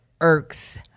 irks